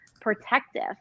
protective